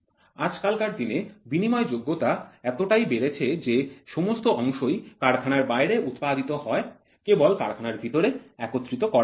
আজকালকার দিনে বিনিময়যোগ্যতা এতটাই বেড়েছে যে সমস্ত অংশই কারখানার বাইরে উৎপাদিত হয় কেবল কারখানার ভিতরে একত্রিত করা হয়